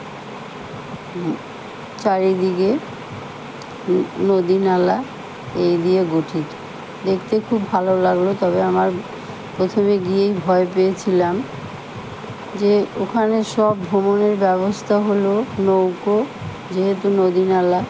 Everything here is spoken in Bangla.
চারিদিকে নদী নালা এই দিয়ে গঠিত দেখতে খুব ভালো লাগলো তবে আমার প্রথমে গিয়েই ভয় পেয়েছিলাম যে ওখানে সব ভ্রমণের ব্যবস্থা হল নৌকো যেহেতু নদী নালা